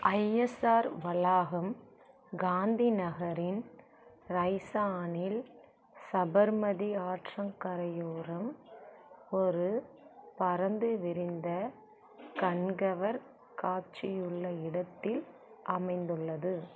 ISR வளாகம் காந்திநகரின் ரைசானில் சபர்மதி ஆற்றங்கரையோரம் ஒரு பரந்துவிரிந்த கண்கவர் காட்சியுள்ள இடத்தில் அமைந்துள்ளது